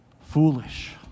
Foolish